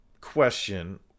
Question